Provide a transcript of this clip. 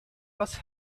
was